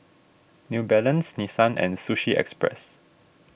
New Balance Nissan and Sushi Express